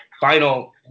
final